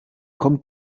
kommt